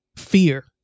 Fear